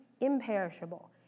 imperishable